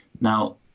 Now